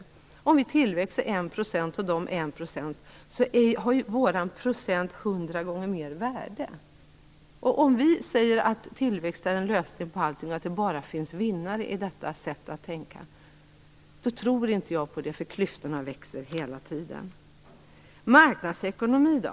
När Sveriges BNP tillväxer 1 % och Nicaraguas 1 %, är den svenska procentenheten 100 gånger mer värd. Jag tror inte på att tillväxt är lösningen på allting och på att det bara finns vinnare i detta sätt att tänka. Klyftorna växer hela tiden. Marknadsekonomi då?